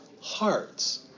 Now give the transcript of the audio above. hearts